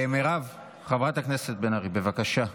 מירב, חברת הכנסת בן ארי, בבקשה.